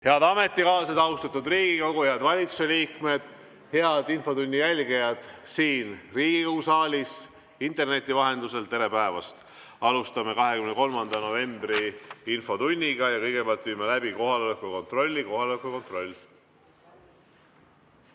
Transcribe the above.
Head ametikaaslased! Austatud Riigikogu! Head valitsusliikmed! Head infotunni jälgijad siin Riigikogu saalis ja interneti vahendusel! Tere päevast! Alustame 23. novembri infotundi ja kõigepealt viime läbi kohaloleku kontrolli. Kohaloleku kontroll.